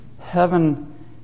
Heaven